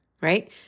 right